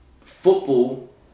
football